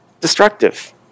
destructive